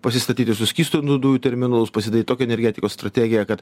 pasistatyti suskystintų dujų terminalus pasidaryt tokią energetikos strategiją kad